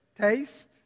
taste